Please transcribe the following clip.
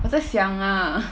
我在想 lah